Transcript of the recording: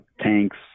tanks